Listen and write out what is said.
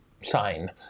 sign